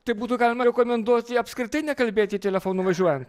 tai būtų galima rekomenduoti apskritai nekalbėti telefonu važiuojant